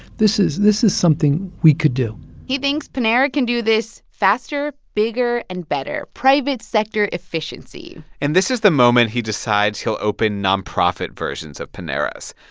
this is this is something we could do he thinks panera can do this faster, bigger and better private sector efficiency and this is the moment he decides he'll open nonprofit versions of paneras.